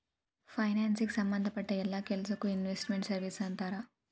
ಫೈನಾನ್ಸಿಗೆ ಸಂಭದ್ ಪಟ್ಟ್ ಯೆಲ್ಲಾ ಕೆಲ್ಸಕ್ಕೊ ಇನ್ವೆಸ್ಟ್ ಮೆಂಟ್ ಸರ್ವೇಸ್ ಅಂತಾರ